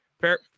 Fair